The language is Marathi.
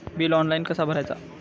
बिल ऑनलाइन कसा भरायचा?